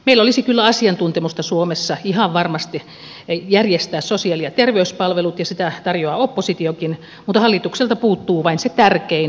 meillä olisi kyllä asiantuntemusta suomessa ihan varmasti järjestää sosiaali ja terveyspalvelut ja sitä tarjoaa oppositiokin mutta hallitukselta puuttuu vain se tärkein eli tahto